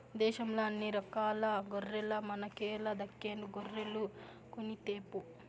దేశంల అన్ని రకాల గొర్రెల మనకేల దక్కను గొర్రెలు కొనితేపో